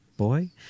boy